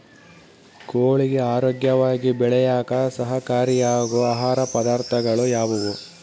ಕೋಳಿಗೆ ಆರೋಗ್ಯವಾಗಿ ಬೆಳೆಯಾಕ ಸಹಕಾರಿಯಾಗೋ ಆಹಾರ ಪದಾರ್ಥಗಳು ಯಾವುವು?